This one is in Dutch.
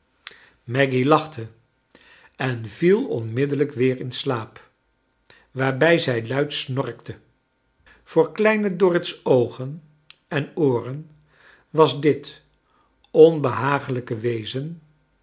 maggy lachte en viel onrniddellijk weer in slaap waarbij zij luid snorkte voor kleine dorrit's oogen en ooren was dit onbehagelijke wezen